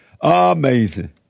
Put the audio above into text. Amazing